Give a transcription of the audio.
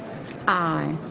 i